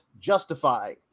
justify